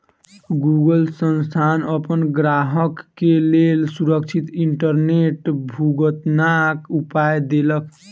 Google संस्थान अपन ग्राहक के लेल सुरक्षित इंटरनेट भुगतनाक उपाय देलक